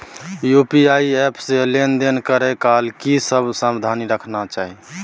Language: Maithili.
यु.पी.आई एप से लेन देन करै काल की सब सावधानी राखना चाही?